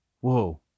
whoa